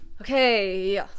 Okay